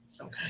okay